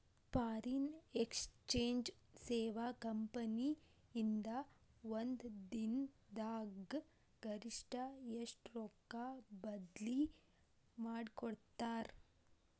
Foreign exchange ಸೇವಾ company ಇಂದಾ ಒಂದ್ ದಿನ್ ದಾಗ್ ಗರಿಷ್ಠ ಎಷ್ಟ್ ರೊಕ್ಕಾ ಬದ್ಲಿ ಮಾಡಿಕೊಡ್ತಾರ್?